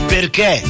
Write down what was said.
Perché